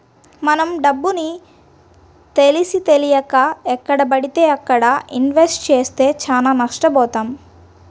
మనం డబ్బుని తెలిసీతెలియక ఎక్కడబడితే అక్కడ ఇన్వెస్ట్ చేస్తే చానా నష్టబోతాం